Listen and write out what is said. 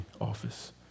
office